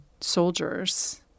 soldiers